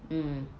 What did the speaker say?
mm